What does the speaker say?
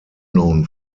known